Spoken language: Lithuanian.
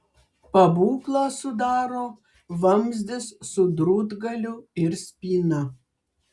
pabūklą sudaro vamzdis su drūtgaliu ir spyna